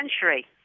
century